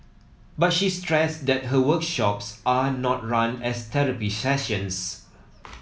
but she stressed that her workshops are not run as therapy sessions